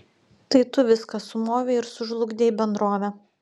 tai tu viską sumovei ir sužlugdei bendrovę